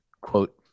quote